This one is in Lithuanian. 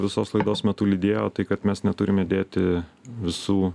visos laidos metu lydėjo tai kad mes neturime dėti visų